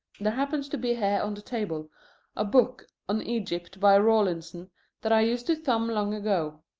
there happens to be here on the table a book on egypt by rawlinson that i used to thumb long ago.